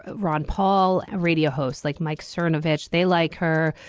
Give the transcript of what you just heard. ron paul ah radio hosts like mike stern of which they like her.